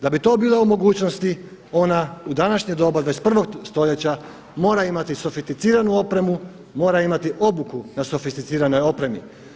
Da bi to bila u mogućnosti ona u današnje doma 21. stoljeća mora imati sofisticiranu opremu, mora imati obuku na sofisticiranoj opremi.